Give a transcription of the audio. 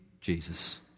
Jesus